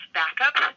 backup